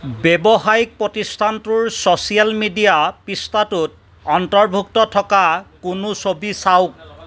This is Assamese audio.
ব্যৱসায়িক প্ৰতিস্থানটোৰ ছ'চিয়েল মিডিয়া পৃষ্ঠাটোত অন্তৰ্ভুক্ত থকা কোনো ছবি চাওক